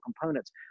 components